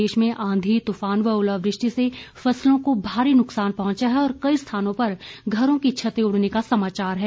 प्रदेश में आंधी तूफान व ओलावृष्टि से फसलों को भारी नुकसान पहुंचा है और कई स्थानों पर घरों की छते उड़ने का समाचार है